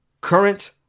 current